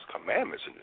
commandments